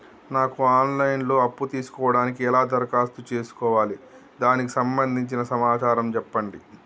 నాకు online లో అప్పు తీసుకోవడానికి ఎలా దరఖాస్తు చేసుకోవాలి దానికి సంబంధించిన సమాచారం చెప్పండి?